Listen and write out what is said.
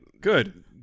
Good